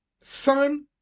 son